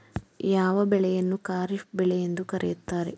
ಯಾವ ಬೆಳೆಯನ್ನು ಖಾರಿಫ್ ಬೆಳೆ ಎಂದು ಕರೆಯುತ್ತಾರೆ?